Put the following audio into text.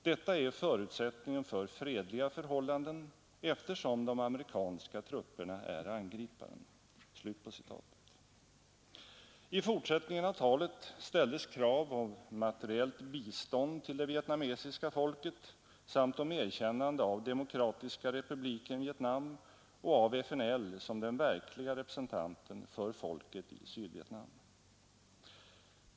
Detta är förutsättningen för fredliga förhållanden, eftersom de amerikanska trupperna är angriparen.” I fortsättningen av talet ställdes krav om materiellt bistånd till det vietnamesiska folket samt om erkännande av Demokratiska republiken Vietnam och av FNL som den verkliga representanten för folket i Sydvietnam.